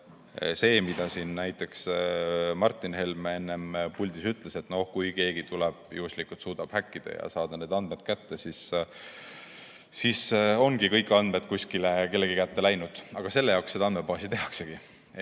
kindlasti toetama. Martin Helme enne siin puldis ütles, et kui keegi tuleb ja suudab häkkida ja saada need andmed kätte, siis ongi kõik andmed kuskile kellegi kätte läinud. Aga selle jaoks seda andmebaasi tehaksegi,